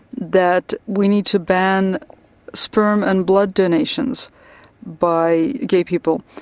that we need to ban sperm and blood donations by gay people.